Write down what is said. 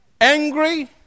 angry